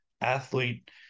athlete